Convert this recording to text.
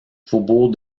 faubourg